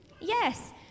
Yes